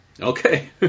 Okay